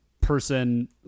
person